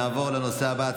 נעבור לנושא הבא,